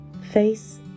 face